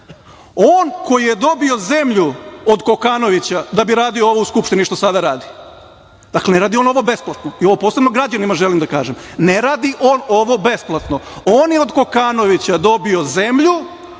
On koji je dobio zemlju od Kokanovića da bi radio ovo u Skupštini što sada radi. Ne radi on ovo besplatno. Ovo posebno građanima želim da kažem. Ne radi on ovo besplatno. On je od Kokanovića dobio zemlju